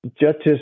judges